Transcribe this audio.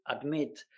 admit